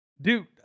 Dude